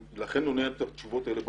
לכן אני עונה את התשובות האלה בפירוט.